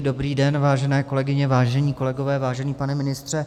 Dobrý den, vážené kolegyně, vážení kolegové, vážený pane ministře.